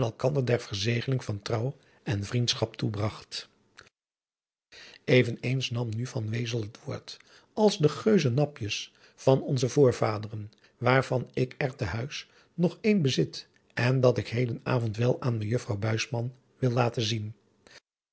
verzegeling van trouw en vriendschap toebragt even eens nam nu van wezel het woord als de geuzen napjes van onze voorvaderen waarvan ik er te huis nog een bezit en dat ik heden avond wel aan mejuffrouw buisman wil laten zien